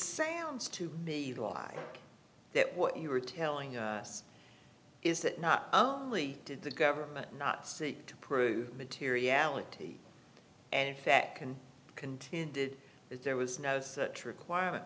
sounds to me that what you were telling us is that not only did the government not see to prove materiality and if that can continue if there was no such requirement